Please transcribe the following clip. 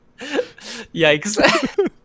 yikes